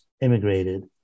immigrated